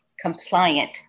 compliant